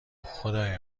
خدای